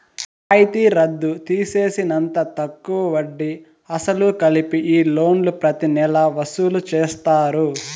రాయితీ రద్దు తీసేసినంత తక్కువ వడ్డీ, అసలు కలిపి ఈ లోన్లు ప్రతి నెలా వసూలు చేస్తారు